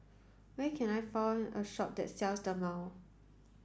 where can I find a shop that sells Dermale